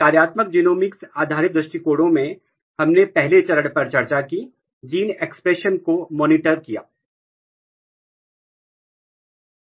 कार्यात्मक जीनोमिक्स आधारित दृष्टिकोणों में हमने पहले चरण पर चर्चा की जीन एक्सप्रेशन को मॉनिटर करना